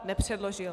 Nepředložil.